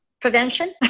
prevention